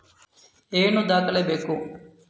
ಏನು ದಾಖಲೆ ಬೇಕು?